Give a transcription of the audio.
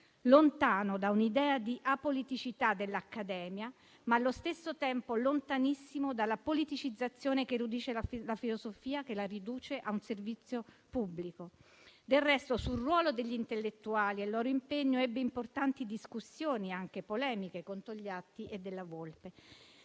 lontano da un'idea di apoliticità dell'Accademia, ma allo stesso tempo lontanissimo dalla politicizzazione che riduce la filosofia a un servizio pubblico. Del resto, sul ruolo degli intellettuali e il loro impegno ebbe importanti discussioni, anche polemiche, con Togliatti e Della Volpe,